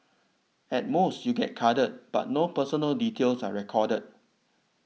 at most you get carded but no personal details are recorded